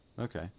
Okay